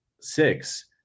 six